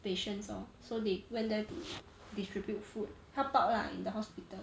patients lor so they went there to distribute food help out lah in the hospital